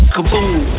Kaboom